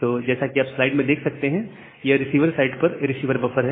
तो जैसा कि आप स्लाइड में देख सकते हैं यह रिसीवर साइड पर रिसीवर बफर है